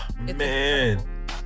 man